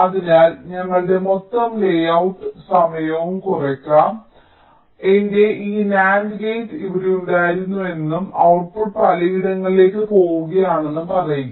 അതിനാൽ ഞങ്ങളുടെ മൊത്തം ലേഔട്ട് നോക്കാം എന്റെ ഈ NAND ഗേറ്റ് ഇവിടെയുണ്ടായിരുന്നുവെന്നും ഔട്ട്പുട്ട് പലയിടങ്ങളിലേക്കും പോവുകയാണെന്നും പറയുക